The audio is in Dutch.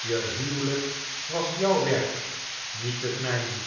e huwelijk was jouw werk niet het mijne